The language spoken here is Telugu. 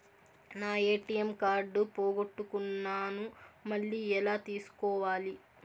నా ఎ.టి.ఎం కార్డు పోగొట్టుకున్నాను, మళ్ళీ ఎలా తీసుకోవాలి?